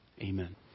Amen